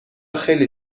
خیلی